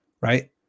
Right